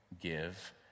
give